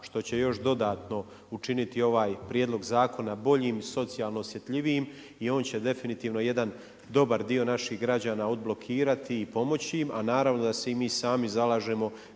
što će još dodatno učiniti ovaj prijedlog zakona boljim, socijalno osjetljivijim i on će definitivno jedan dobar dio naših građana odblokirati i pomoći im, a naravno da se i mi sami zalažemo